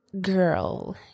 girl